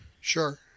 Sure